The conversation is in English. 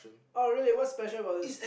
oh really what's special about this